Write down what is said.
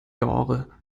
jahre